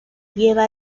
lleva